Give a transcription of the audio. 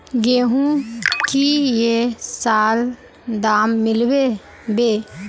गेंहू की ये साल दाम मिलबे बे?